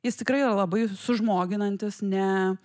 jis tikrai yra labai sužmoginantis ne